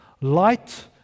light